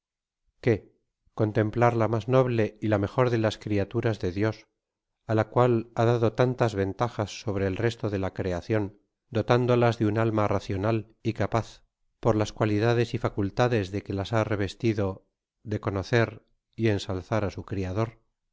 qué cod templar la mas noble y la mejor de las criaturas de dios á laeual hadado tantas ventajas sobre el resto de la creacion dotándolas de un alma racional y capaa por las cualidades y facultades de que las ha revestido de conooer y ensalzar á su criador